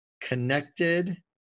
connected